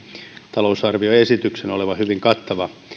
talousarvioesityksen olevan hyvin kattava